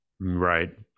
right